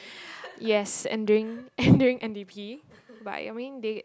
yes and during and during n_d_p but I mean they